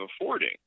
affording